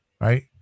right